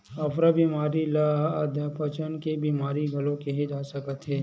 अफरा बेमारी ल अधपचन के बेमारी घलो केहे जा सकत हे